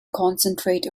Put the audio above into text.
concentrate